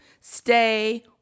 stay